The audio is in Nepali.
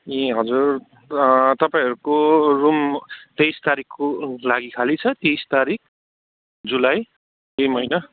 ए हजुर तपाईँहरूको रुम तेइस तारिकको लागि खाली छ तेइस तारिक जुलाई यही महिना